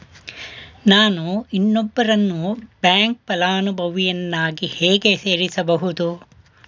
ನಾನು ಇನ್ನೊಬ್ಬರನ್ನು ಬ್ಯಾಂಕ್ ಫಲಾನುಭವಿಯನ್ನಾಗಿ ಹೇಗೆ ಸೇರಿಸಬಹುದು?